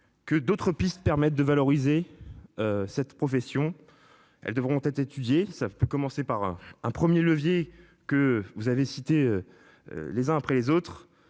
Que d'autres pistes permettent de valoriser. Cette profession. Elles devront être étudiées. Ça peut commencer par un premier levier que vous avez cité. Les uns après les autres